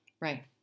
Right